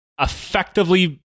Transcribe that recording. effectively